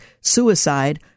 suicide